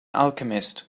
alchemist